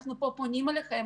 אנחנו פונים אליכם,